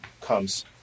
comes